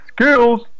Skills